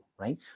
right